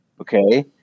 Okay